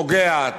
פוגע,